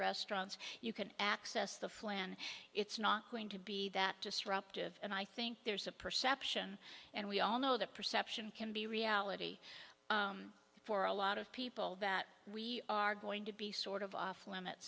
restaurants you can access the flan it's not going to be that disruptive and i think there's a perception and we all know that perception can be reality for a lot of people that we are going to be sort of off limits